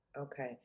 Okay